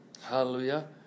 hallelujah